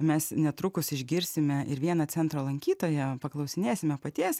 mes netrukus išgirsime ir vieną centro lankytoją paklausinėsime paties